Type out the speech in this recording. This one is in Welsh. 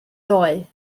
ddoe